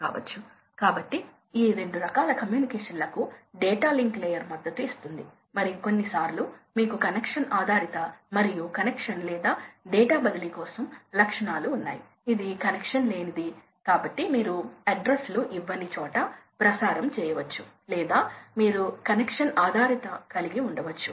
2 కాబట్టి ఇవి ఇప్పుడు హార్స్పవర్ అవసరాలు ఫ్యాన్ లాస్ ను వర్తింపజేస్తాయి మరియు మీరు ఫ్యాన్ క్లబ్ లను చూసినట్లయితే మీరు చాలా సిమిలర్ గణాంకాలను పొందవచ్చు ఎందుకంటే ఫ్యాన్ కర్వ్స్ ఫ్యాన్ లాస్ లను పాటిస్తాయి